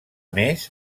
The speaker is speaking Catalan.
més